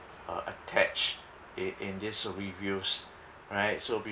uh attached in in these reviews right so we